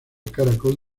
caracol